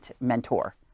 mentor